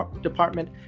department